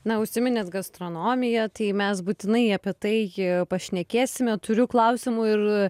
na užsiminėt gastronomiją tai mes būtinai apie tai pašnekėsime turiu klausimų ir